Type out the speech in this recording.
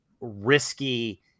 risky